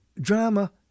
drama